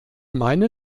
meine